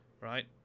right